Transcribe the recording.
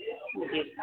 جی